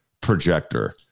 projector